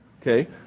Okay